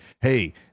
hey—